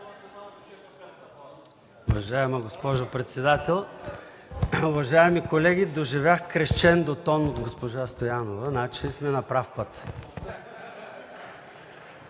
Уважаема госпожо председател, уважаеми колеги, доживях кресчендо тон от госпожа Стоянова. Значи сме на прав път.